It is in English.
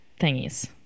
Thingies